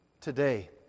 today